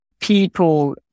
people